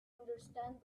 understand